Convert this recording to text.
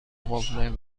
قفل